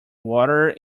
water